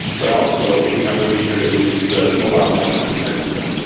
but also we have a feature to use the mobile phone as a sensor.